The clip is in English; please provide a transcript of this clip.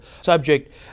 subject